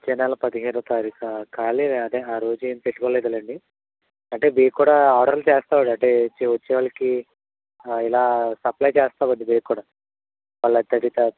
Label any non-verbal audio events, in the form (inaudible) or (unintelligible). వచ్చే నెల పదిహేనో తారీఖా ఖాళీ అదే ఆ రోజు ఏమి పెట్టుకోలేదు లేండి అంటే మీకు కూడా ఆర్డర్లు చేస్తాము అంటే వచ్చే వచ్చేవాళ్ళకి ఇలా సప్లయ్ చేస్తామండి మీకు కూడా (unintelligible)